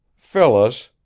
phyllis,